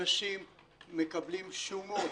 אנשים מקבלים שומות